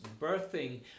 birthing